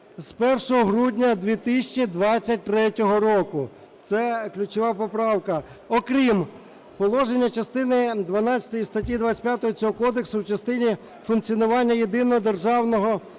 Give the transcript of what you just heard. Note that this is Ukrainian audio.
з 1 грудня 2023 року. Це ключова поправка. Окрім: положення частини дванадцятої статті 25 цього Кодексу в частині функціонування Єдиного державного реєстру